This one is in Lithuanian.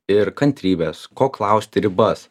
ir kantrybės ko klausti ribas